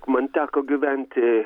man teko gyventi